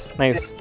nice